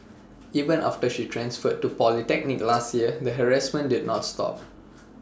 even after she transferred to polytechnic last year the harassment did not stop